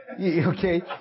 okay